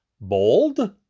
bold